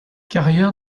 carrier